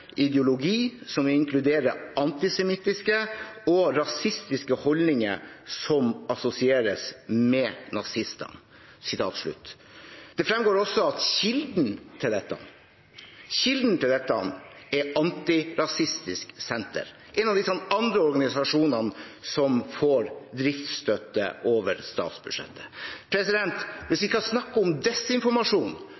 ideologi som inkluderer antisemittiske og rasistiske holdninger som assosieres med nazistene. Det fremgår også at kilden til dette er Antirasistisk Senter, en av de andre organisasjonene som får driftsstøtte over statsbudsjettet. Hvis vi